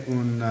un